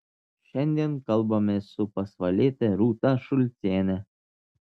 šiandien kalbamės su pasvaliete rūta šulciene